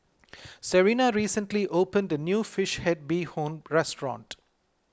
Serina recently opened a new Fish Head Bee Hoon restaurant